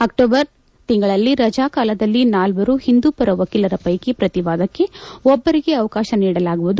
October ತಿಂಗಳಲ್ಲಿ ರಜಾ ಕಾಲದಲ್ಲಿ ನಾಲ್ವರು ಹಿಂದೂ ಪರ ವಕೀಲರ ಪೈಕಿ ಪ್ರತಿವಾದಕ್ಕೆ ಒಬ್ಬರಿಗೆ ಅವಕಾಶ ನೀಡಲಾಗುವುದು